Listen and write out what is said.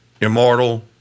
immortal